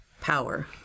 power